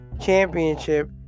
championship